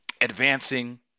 Advancing